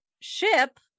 ship